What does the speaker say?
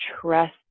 trust